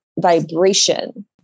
vibration